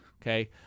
Okay